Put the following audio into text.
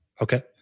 Okay